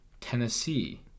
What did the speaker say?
Tennessee